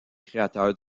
créateurs